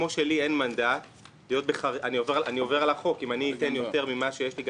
כמו שאני עובר על החוק אם אני אתן יותר ממה שיש לי,